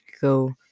go